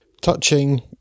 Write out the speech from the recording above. Touching